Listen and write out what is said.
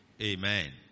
Amen